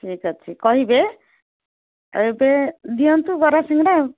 ଠିକ୍ ଅଛି କହିବେ ଏବେ ଦିଅନ୍ତୁ ବରା ସିଙ୍ଗଡ଼ା